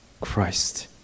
Christ